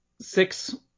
six